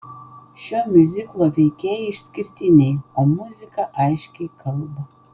šio miuziklo veikėjai išskirtiniai o muzika aiškiai kalba